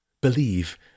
believe